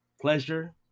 pleasure